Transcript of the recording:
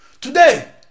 Today